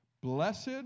Blessed